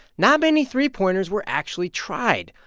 not many three pointers were actually tried.